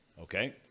okay